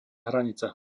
hranica